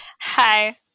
Hi